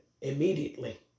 immediately